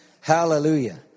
Hallelujah